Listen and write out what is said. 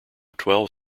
twelve